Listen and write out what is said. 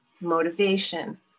motivation